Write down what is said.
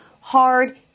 hard